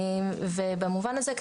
במובן הזה,